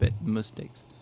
mistakes